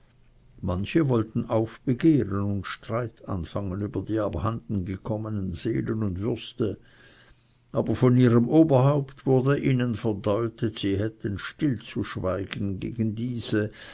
manche wollten aufbegehren und streit anfangen über die abhanden gekommenen seelen und würste aber von ihrem oberhaupt wurde ihnen verdeutet sie hätten stillzuschweigen und gegen diese